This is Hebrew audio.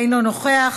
אינו נוכח,